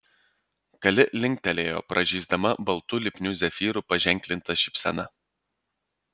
kali linktelėjo pražysdama baltu lipniu zefyru paženklinta šypsena